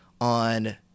on